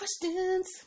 questions